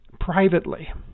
privately